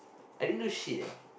I didn't do shit leh